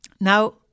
Now